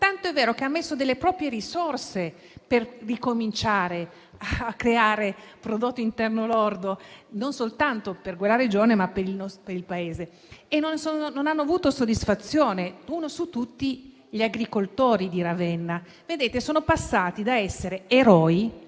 tanto è vero che ha messo delle proprie risorse per ricominciare a creare prodotto interno lordo non soltanto per quella regione, ma per il Paese. Non ha però avuto soddisfazione e cito in particolare gli agricoltori di Ravenna. Sono passati da essere eroi